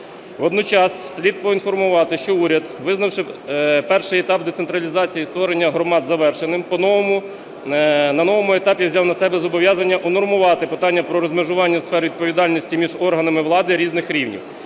Водночас слід поінформувати, що уряд, визнавши перший етап децентралізації і створення громад завершеним, на новому етапі взяв на себе зобов'язання унормувати питання про розмежування сфер відповідальності між органами влади різних рівнів.